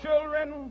children